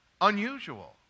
unusual